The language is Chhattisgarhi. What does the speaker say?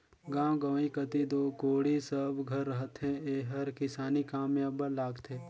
गाँव गंवई कती दो कोड़ी सब घर रहथे एहर किसानी काम मे अब्बड़ लागथे